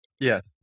Yes